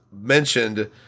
mentioned